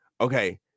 Okay